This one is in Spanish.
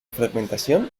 fragmentación